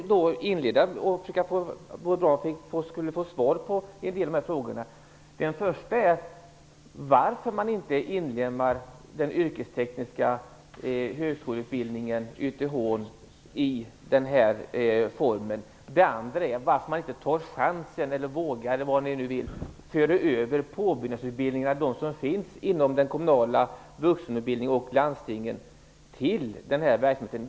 Det vore bra om vi skulle kunna få svar på en del av frågorna. Den första är: Varför inlemmar man inte den yrkestekniska högskoleutbildningen, YTH, i den här formen? Den andra är: Varför tar man inte chansen - varför vågar man inte - att föra över de påbyggnadsutbildningar som finns inom den kommunala vuxenutbildningen och landstinget till verksamheten?